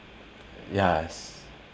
yes